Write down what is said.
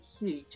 huge